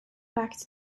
backed